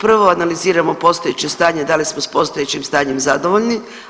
Prvo analiziramo postojeće stanje da li smo s postojećim stanjem zadovoljni.